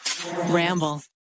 ramble